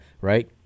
right